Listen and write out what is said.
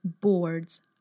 boards